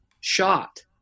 shot